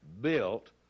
built